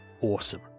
awesome